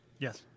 Yes